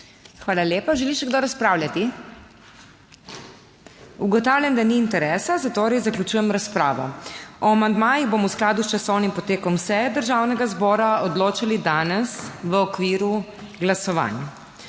Hvala lepa. Želi še kdo razpravljati? (Ne.) Ugotavljam, da ni interesa, zatorej zaključujem razpravo. O amandmajih bomo v skladu s časovnim potekom seje Državnega zbora odločali danes, v okviru glasovanj.